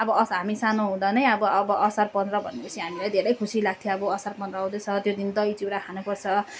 अब असार हामी सानो हुँदा नै अब अब असार पन्ध्र भने पछि हामीलाई धेरै खुसी लाग्थ्यो अब असार पन्ध्र आउँदैछ त्यो दिन दही चिउरा खानु पर्छ